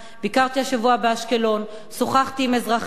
ביקרתי השבוע באשקלון, שוחחתי עם אזרחים.